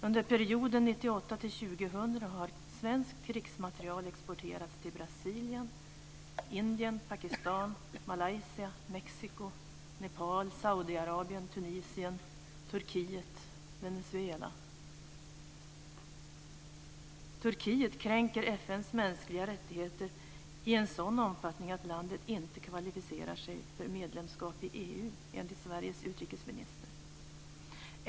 Under perioden 1998-2000 har svenskt krigsmateriel exporterats till Brasilien, Indien, Pakistan, Malaysia, Mexiko, Nepal, Saudiarabien, Tunisien, Turkiet, Venezuela. Turkiet kränker de mänskliga rättigheterna i en sådan omfattning att landet inte kvalificerar sig för medlemskap i EU, enligt Sveriges utrikesminister.